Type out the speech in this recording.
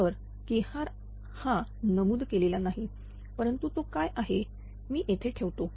तर Krहा नमूद केलेला नाही परंतु तो काय आहे मी येथे ठेवतो